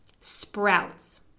sprouts